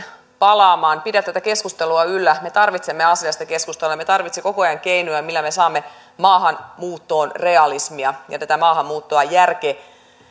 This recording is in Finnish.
palaamaan pidän tätä keskustelua yllä me tarvitsemme asiallista keskustelua me me tarvitsemme koko ajan keinoja millä me saamme maahanmuuttoon realismia ja tätä maahanmuuttoa